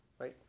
right